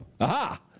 Aha